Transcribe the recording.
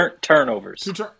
turnovers